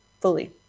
fully